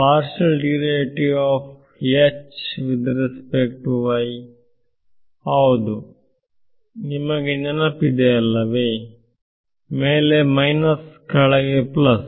ವಿದ್ಯಾರ್ಥಿ ನಿಮಗೆ ನಾನು ಮಾಡಿದ ನಿಮೋನಿಕ್ ನೆನಪಿದೆಯಲ್ಲವೇ ಮೇಲೆ ಮೈನಸ್ ಕೆಳಗೆ ಪ್ಲಸ್